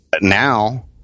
now